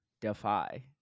defy